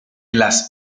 las